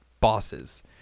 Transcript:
bosses